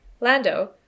Lando